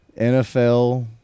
NFL